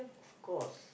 of course